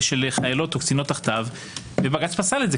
חיילות או קצינות תחתיו ובג"ץ פסל את זה,